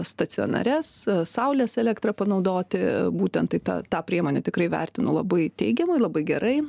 stacionarias saulės elektrą panaudoti būtent tai tą tą priemonę tikrai vertinu labai teigiamai labai gerai